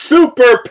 Super